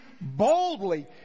boldly